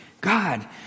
God